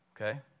Okay